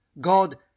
God